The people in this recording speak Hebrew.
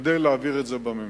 כדי להעביר את זה בממשלה.